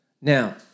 Now